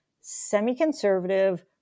semi-conservative